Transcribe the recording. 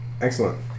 Excellent